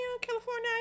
California